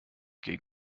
gegen